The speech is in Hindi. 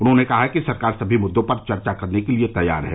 उन्होंने कहा कि सरकार सभी मुद्दों पर चर्चा करने के लिए तैयार हैं